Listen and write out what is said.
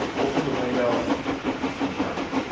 open the window and jumped.